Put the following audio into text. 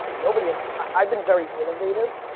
nobody, ah i've been very innovative.